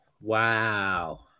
wow